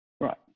Right